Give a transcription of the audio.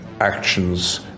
actions